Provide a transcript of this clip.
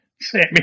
Sammy